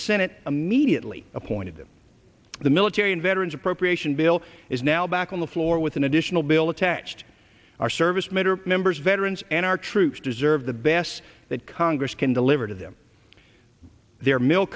senate immediately appointed them the military and veterans appropriation bill is now back on the floor with an additional bill attached our servicemen are members veterans and our troops deserve the best that congress can deliver to them their milk